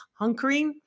hunkering